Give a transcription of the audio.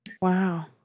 Wow